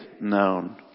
known